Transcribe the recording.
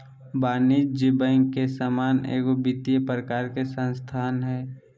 वाणिज्यिक बैंक के समान एगो वित्तिय प्रकार के संस्था हइ